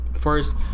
first